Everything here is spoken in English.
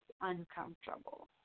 uncomfortable